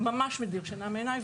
זה ממש מדיר שינה מעיניי,